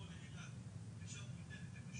או איך שתקרא להם,